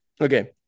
Okay